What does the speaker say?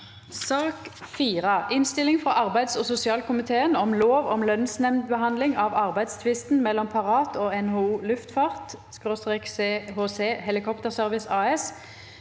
Innstilling fra arbeids- og sosialkomiteen om Lov om lønnsnemndbehandling av arbeidstvisten mellom Parat og NHO Luftfart/CHC Helikopter Service AS